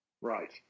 Right